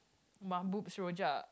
Mambu Rojak